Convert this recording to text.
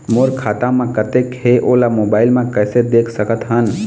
मोर खाता म कतेक हे ओला मोबाइल म कइसे देख सकत हन?